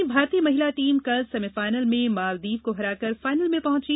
वहीं भारतीय महिला टीम कल सेमीफाइनल में मॉलदीव को हराकर फाइनल में पहुंची